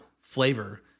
flavor